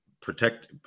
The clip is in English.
protect